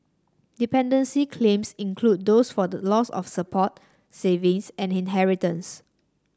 dependency claims include those for the loss of support savings and inheritance